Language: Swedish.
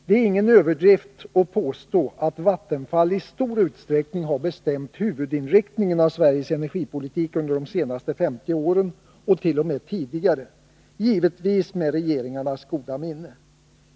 Det är ingen överdrift att påstå att Vattenfall istor utsträckning har bestämt huvudinriktningen av Sveriges energipolitik under de senaste 50 åren och t.o.m. tidigare, givetvis med regeringarnas goda minne.